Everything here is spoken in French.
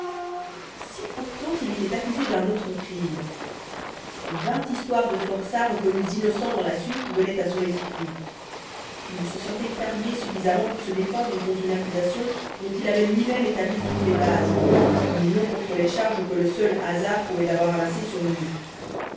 si pourtant il était accusé d'un autre crime vingt histoires de forçats reconnus innocents dans la suite venaient à son esprit il se sentait armé suffisamment pour se défendre contre une accusation dont il avait lui-même établi toutes les bases mais non contre les charges que le seul hasard pouvait avoir amassées sur lui